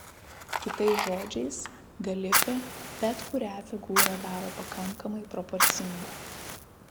kitais žodžiais galifė bet kurią figūrą daro pakankamai proporcinga